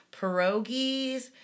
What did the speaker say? Pierogies